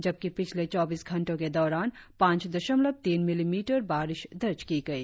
जबकि पिछले चौबीस घंटो के दौरान पांच दशमलव तीन मिलीमीटर बारिश दर्ज की गई